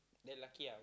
then lucky ah